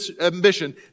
ambition